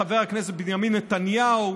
זה חבר הכנסת בנימין נתניהו,